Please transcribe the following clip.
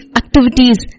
activities